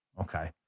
Okay